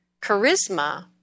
Charisma